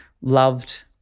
loved